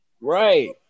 Right